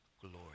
glory